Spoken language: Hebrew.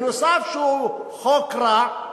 נוסף לכך שהוא חוק רע,